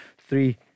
three